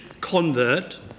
convert